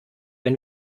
wenn